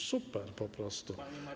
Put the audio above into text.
Super po prostu.